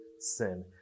sin